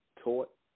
taught